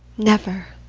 never